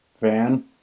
Van